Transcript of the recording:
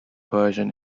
persian